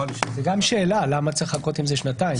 זה גם שאלה, למה צריך לחכות עם זה שנתיים.